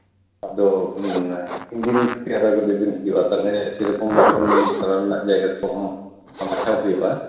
ᱟᱫᱚ ᱛᱤᱱ ᱫᱤᱱ ᱨᱮᱱᱟᱜ ᱪᱷᱩᱴᱤ ᱦᱟᱛᱟᱣ ᱠᱟᱛᱮ ᱵᱮᱱ ᱦᱤᱡᱩᱜᱼᱟ ᱛᱟᱞᱦᱮ ᱥᱮ ᱨᱚᱠᱚᱢ ᱦᱟᱸᱜ ᱫᱟᱬᱟᱱ ᱨᱮᱱᱟᱜ ᱡᱟᱭᱜᱟ ᱠᱚᱦᱚᱸ ᱵᱟᱪᱷᱟᱣ ᱦᱩᱭᱩᱜᱼᱟ